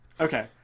Okay